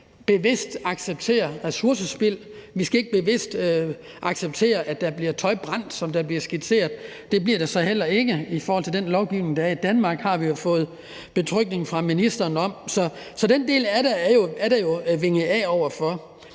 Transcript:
bevidst acceptere ressourcespild, man skal ikke bevidst acceptere, at der er tøj, der bliver brændt, som det bliver skitseret her. Det bliver det så heller ikke i forhold til den lovgivning, der er i Danmark, har vi jo fået betryggelse fra ministeren om. Så den del af det er jo vinget